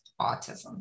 autism